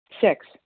Six